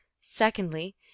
Secondly